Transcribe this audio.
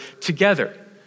together